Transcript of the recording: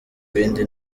ibindi